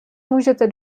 můžete